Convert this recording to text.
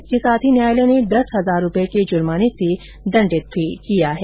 इसके साथ ही न्यायालय ने दस हजार रूपए के जुर्माने से भी दण्डित किया है